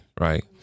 right